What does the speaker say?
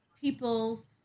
people's